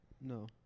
No